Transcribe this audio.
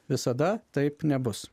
visada taip nebus